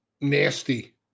nasty